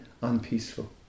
Unpeaceful